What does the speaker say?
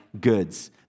goods